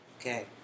Okay